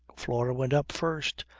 flora went up first,